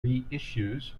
reissues